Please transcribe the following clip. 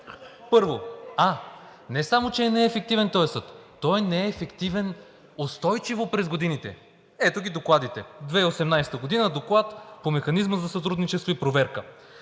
Първо, не само че не е ефективен този съд, но той не е ефективен и устойчив през годините. Ето ги докладите: 2018 г. – Доклад по механизма за сътрудничество и проверка